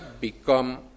become